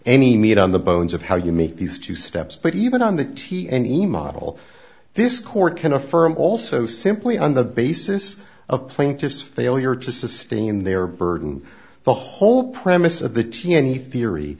any meat on the bones of how you make these two steps but even on the t any model this court can affirm also simply on the basis of plaintiff's failure to sustain their burden the whole premise of the t n t theory